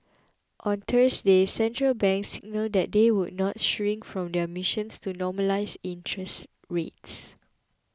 on Thursday central banks signalled that they would not shirk from their missions to normalise interest rates